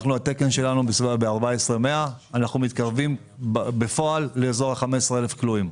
התקן שלנו הוא ב-14,100 ובפועל אנחנו מתקרבים לאזור ה-15 אלף כלואים.